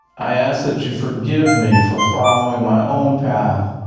i ask that you forgive me for falling my own path